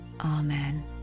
Amen